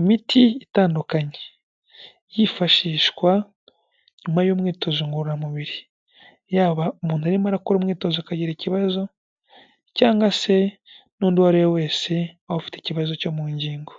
Imiti itandukanye yifashishwa nyuma y'imyitozo ngororamubiri, yaba umuntu arimo arakora umwitozo akagira ikibazo cyangwa se n'undi uwo ari we wese waba ufite ikibazo cyo mu ngingo,